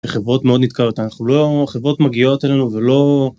חברות מאוד נתקעות.. אנחנו לא.. חברות מגיעות אלינו ולא...